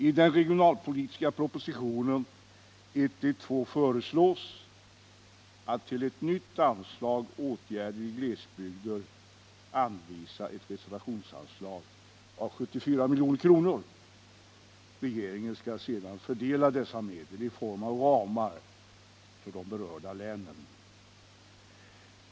I den regionalpolitiska propositionen 112 föreslås att till ett nytt anslag, Åtgärder i glesbygder, anvisas ett reservationsanslag på 74 milj.kr. Regeringen skall sedan fördela dessa medel i form av ramar för de berörda länen.